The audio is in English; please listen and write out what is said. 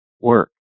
work